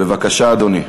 בבקשה, אדוני.